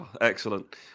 Excellent